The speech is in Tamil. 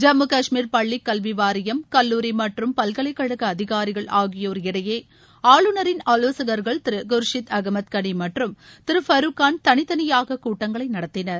ஜம்மு கஷ்மீர் பள்ளிக் கல்வி வாரியம் கல்லூரி மற்றும் பல்கலைக்கழக அதிகாரிகள் ஆகியோர் இடையே ஆளுநரின் ஆலோசகர்கள் திரு குர்ஷித் அகமது களி மற்றும் திரு பருக்கான் தனித்தனியாக கூட்டங்களை நடத்தினர்